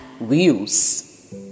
views